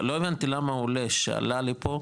לא הבנתי למה עולה שעלה לפה,